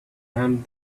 hand